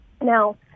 Now